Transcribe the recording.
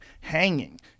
hanging